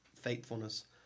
faithfulness